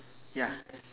ya